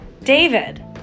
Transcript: David